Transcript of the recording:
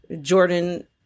Jordan